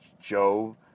Joe